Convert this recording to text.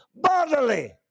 bodily